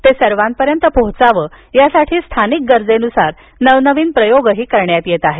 ते सर्वांपर्यंत पोहोचावं यासाठी स्थानिक गरजेनुसार नवनवीन प्रयोगही करण्यात येत आहेत